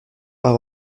pas